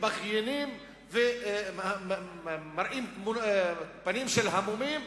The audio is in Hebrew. מתבכיינים ומראים פנים של המומים,